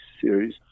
series